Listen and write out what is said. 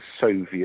Soviet